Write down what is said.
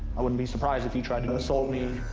i wouldn't be surprised if he tried to assault me.